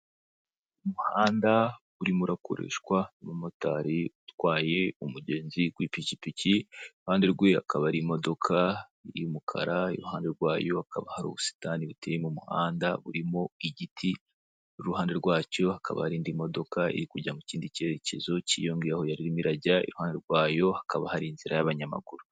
Umuhanda urimo gukorerwaho na motari utwaye umugenzi ku ipikipiki; iruhande rwayo haboneka imodoka y’umukara. Ku rundi ruhande, hari ubusitani buteye mu muhanda burimo igiti gikingira indi modoka iri kujya mu kindi cyerekezo. Byongeyeho, hari imirajya iruhan rwayo, ndetse n’inzira y’abanyamaguru.